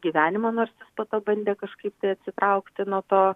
gyvenimą nors jis po to bandė kažkaip tai atsitraukti nuo to